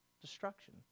destruction